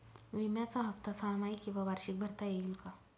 विम्याचा हफ्ता सहामाही किंवा वार्षिक भरता येईल का?